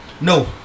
No